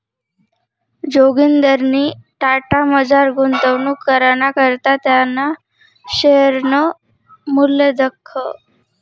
जोगिंदरनी टाटामझार गुंतवणूक कराना करता त्याना शेअरनं मूल्य दखं